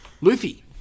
Luffy